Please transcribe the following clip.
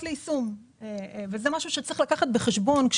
ליישום וזה משהו שצריך לקחת בחשבון.